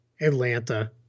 Atlanta